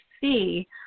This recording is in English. see